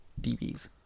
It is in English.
DBs